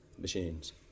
machines